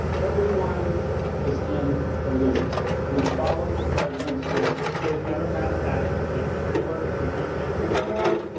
everyone was in the loop we followed the president's orders. the democrats that like trailer for impeachment that they put out.